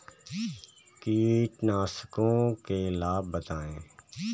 कीटनाशकों के लाभ बताएँ?